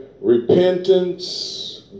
Repentance